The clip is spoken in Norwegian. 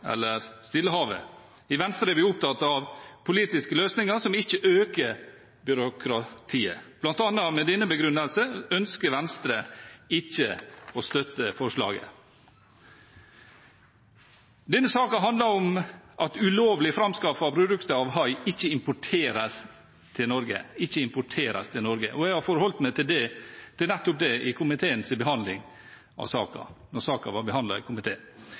eller Stillehavet. I Venstre er vi opptatt av politiske løsninger som ikke øker byråkratiet. Blant annet med denne begrunnelsen ønsker Venstre ikke å støtte forslaget. Denne saken handler om at ulovlig framskaffede produkter av hai ikke importeres til Norge, og jeg har forholdt meg til nettopp det i komiteens behandling av